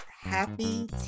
happy